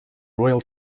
royal